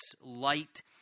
light